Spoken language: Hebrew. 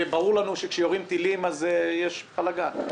וברור לנו שכאשר יורים טילים אז יש בלגן.